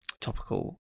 topical